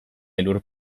elur